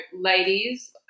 ladies